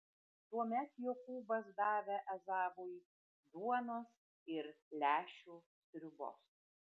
tuomet jokūbas davė ezavui duonos ir lęšių sriubos